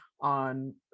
on